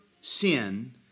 sin